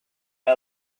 our